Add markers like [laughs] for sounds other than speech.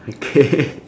okay [laughs]